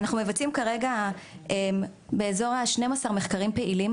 אנחנו מבצעים כרגע באזור ה-12 מחקרים פעילים